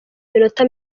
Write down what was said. iminota